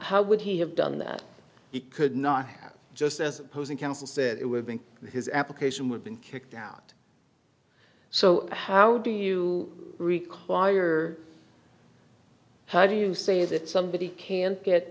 how would he have done that he could not have just as opposing counsel said it would be his application would been kicked out so how do you require how do you say that somebody can't get